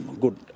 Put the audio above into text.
good